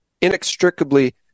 inextricably